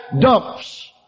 dumps